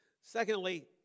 Secondly